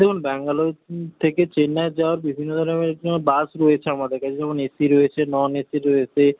দেখুন ব্যাঙ্গালোর থেকে চেন্নাই যাওয়ার বিভিন্ন ধরণের বাস রয়েছে আমাদের কাছে যেমন এসি রয়েছে নন এসি রয়েছে